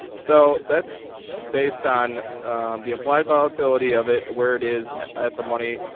so that's based on the implied volatility of it where it is at the money.